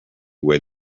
where